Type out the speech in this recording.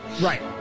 right